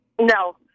No